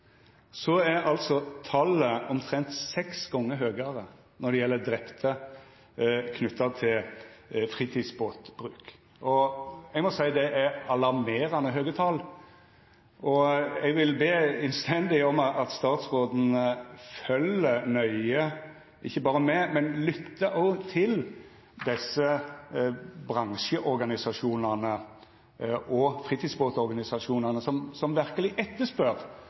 er talet omtrent seks gongar høgare når det gjeld drepne knytte til fritidsbåtbruk. Eg må seia at eg synest det er alarmerande høge tal, og eg vil innstendig be om at statsråden ikkje berre følgjer nøye med, men òg lyttar til bransjeorganisasjonane og fritidsbåtorganisasjonane, som verkeleg etterspør